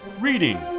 Reading